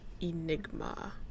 enigma